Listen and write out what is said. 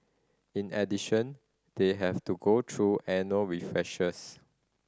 in addition they have to go through annual refreshers